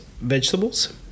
vegetables